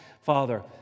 Father